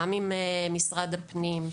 גם עם משרד הפנים,